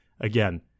again